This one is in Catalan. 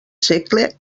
segle